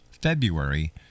February